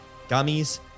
gummies